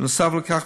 בנוסף לכך,